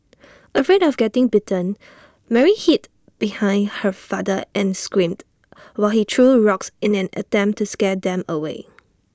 afraid of getting bitten Mary hid behind her father and screamed while he threw rocks in an attempt to scare them away